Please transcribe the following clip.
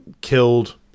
killed